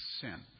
sin